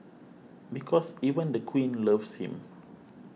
because even the Queen loves him